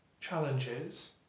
challenges